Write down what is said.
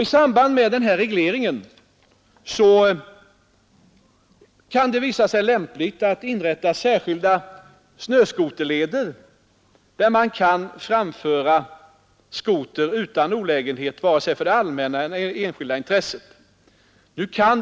I samband med denna reglering kan det visa sig lämpligt att inrätta särskilda snöskoterleder där man kan framföra skoter utan olägenhet för vare sig allmänna eller enskilda intressen.